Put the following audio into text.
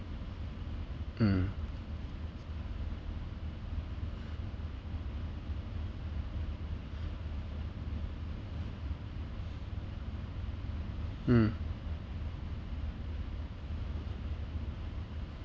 mm mm